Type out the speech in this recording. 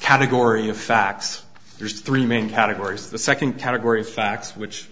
category of facts there's three main categories the second category facts which